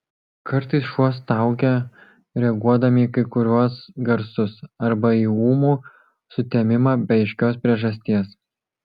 kartais šuo staugia reaguodami į kai kuriuos garsus arba į ūmų sutemimą be aiškios priežasties